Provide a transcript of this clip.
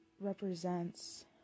represents